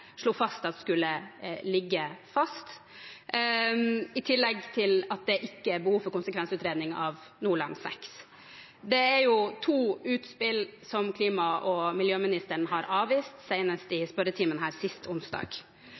slo fast at skulle ligge fast, i tillegg til at det ikke er behov for konsekvensutredning av Nordland VI. Det er to utspill som klima- og miljøministeren har avvist, senest i spørretimen her sist onsdag.